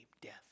death